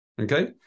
okay